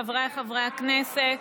חבריי חברי הכנסת,